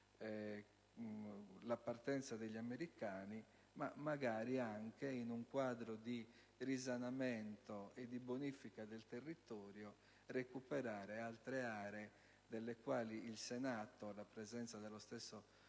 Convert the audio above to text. la partenza degli americani, ma magari anche, in un quadro di risanamento e di bonifica del territorio, recuperare altre aree, delle quali il Senato, alla presenza dello stesso